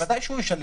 בוודאי שישלם,